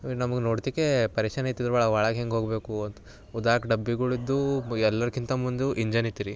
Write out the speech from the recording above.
ನಮಗೆ ನೋಡ್ತಿಕೇ ಪರೆಶಾನಿ ಆಯ್ತು ಇದ್ರೊಳಗೆ ಒಳಗೆ ಹೆಂಗೆ ಹೋಗಬೇಕು ಅಂತ ಉದ್ದಕ್ಕೆ ಡಬ್ಬಿಗಳಿದ್ದೂ ಎಲ್ಲರ್ಕಿಂತ ಮುಂದು ಇಂಜನಿತ್ತು ರೀ